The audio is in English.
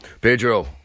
Pedro